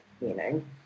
meaning